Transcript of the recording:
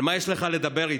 על מה יש לך לדבר איתם?